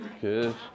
Good